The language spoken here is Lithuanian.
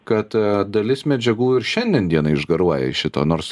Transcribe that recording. kad dalis medžiagų ir šiandien dienai išgaruoja iš šito nors